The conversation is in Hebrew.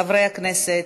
חברי הכנסת,